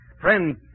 Friends